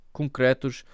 concretos